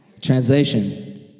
Translation